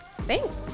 Thanks